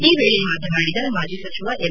ಈ ವೇಳೆ ಮಾತನಾಡಿದ ಮಾಜಿ ಸಚಿವ ಎಂ